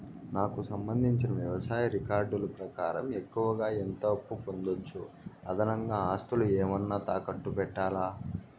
నాకు సంబంధించిన వ్యవసాయ రికార్డులు ప్రకారం ఎక్కువగా ఎంత అప్పు పొందొచ్చు, అదనంగా ఆస్తులు ఏమన్నా తాకట్టు పెట్టాలా?